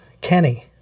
Kenny